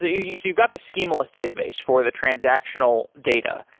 you've got the so schemaless database for the transactional data,